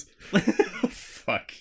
fuck